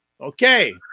Okay